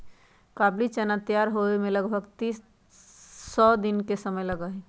काबुली चना तैयार होवे में लगभग सौ दिन के समय लगा हई